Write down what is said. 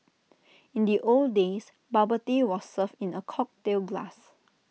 in the old days bubble tea was served in A cocktail glass